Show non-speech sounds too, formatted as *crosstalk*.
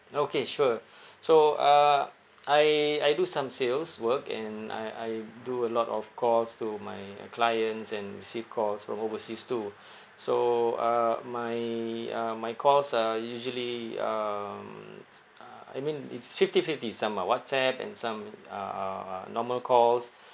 okay sure so uh *noise* I I do some sales work and I I do a lot of calls to my uh clients and receive calls from overseas too so uh my uh my calls are usually um *noise* uh I mean it's fifty fifty some are whatsapp and some are are are normal calls